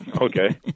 Okay